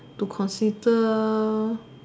to consider